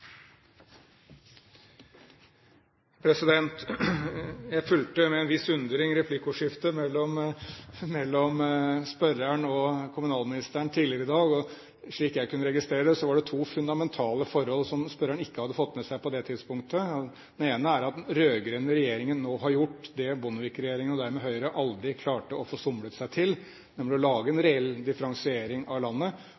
Jeg fulgte med en viss undring replikkordskiftet mellom spørreren og kommunalministeren tidligere i dag, og slik jeg kunne registrere det, var det to fundamentale forhold som spørreren ikke hadde fått med seg på det tidspunktet. Det ene var at den rød-grønne regjeringen nå har gjort det Bondevik-regjeringen og dermed Høyre aldri klarte å få somlet seg til, nemlig å lage en